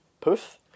poof